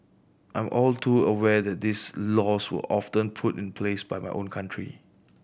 I am all too aware that these laws were often put in place by my own country